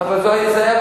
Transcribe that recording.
אבל זה היה בבקשה.